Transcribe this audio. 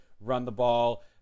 run-the-ball